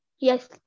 Yes